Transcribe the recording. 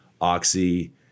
Oxy